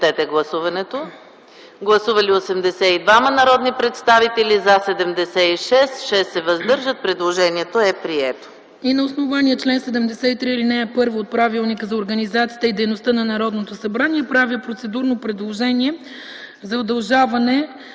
На основание чл. 73, ал. 1 от Правилника за организацията и дейността на Народното събрание правя процедурно предложение за удължаване